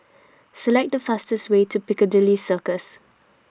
Select The fastest Way to Piccadilly Circus